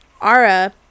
Ara